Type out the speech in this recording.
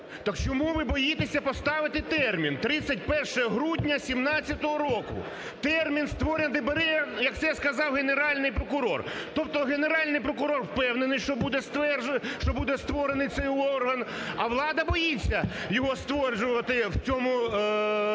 Так чому ви боїтеся поставити термін 31 грудня 17-го року, термін створення ДБР, як це сказав Генеральний прокурор. Тобто Генеральний прокурор впевнений, що буде, стверджує, що буде створений цей орган, а влада боїться його стверджувати в цьому році.